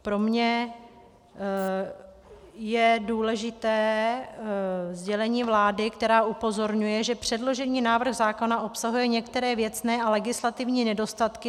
Pro mě je důležité sdělení vlády, která upozorňuje, že předložený návrh zákona obsahuje některé věcné a legislativní nedostatky.